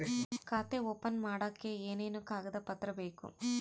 ಖಾತೆ ಓಪನ್ ಮಾಡಕ್ಕೆ ಏನೇನು ಕಾಗದ ಪತ್ರ ಬೇಕು?